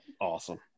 awesome